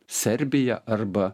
serbiją arba